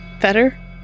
Better